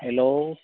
hello